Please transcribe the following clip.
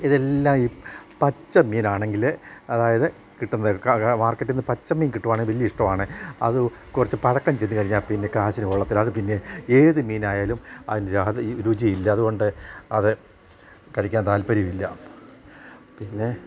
ഇതെല്ലാം ഈ പച്ച മീനാണെങ്കിൽ അതായത് കിട്ടുന്നത് മാർക്കറ്റിൽ നിന്ന് പച്ച മീൻ കിട്ടുകയാണെങ്കിൽ വലിയ ഇഷ്ടമാണ് അത് കുറച്ച് പഴക്കം ചെന്നു കഴിഞ്ഞാൽ പിന്നെ കാശിനു കൊള്ളത്തില്ല അത് പിന്നെ ഏത് മീനായാലും അതിൻ്റത് രുചിയില്ല അതു കൊണ്ട് അത് കഴിക്കാൻ താല്പര്യമില്ല പിന്നെ